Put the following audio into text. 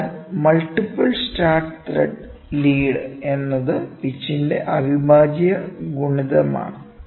അതിനാൽ multiple start thread lead എന്നത് പിച്ചിന്റെ അവിഭാജ്യ ഗുണിതമാണ്